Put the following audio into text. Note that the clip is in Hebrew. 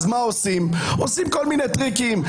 אז מה עושים כל מיני טריקים.